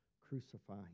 crucify